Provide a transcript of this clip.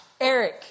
Eric